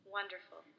Wonderful